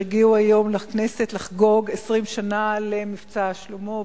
הגיעו היום לכנסת לחגוג 20 שנה ל"מבצע שלמה".